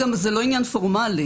זה לא עניין פורמלי.